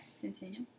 Continue